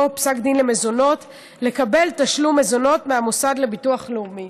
פסק דין למזונות לקבל תשלום מזונות מהמוסד לביטוח לאומי